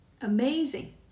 Amazing